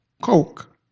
Coke